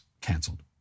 canceled